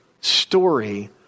story